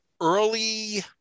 early